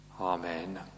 Amen